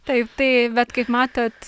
taip tai bet kaip matot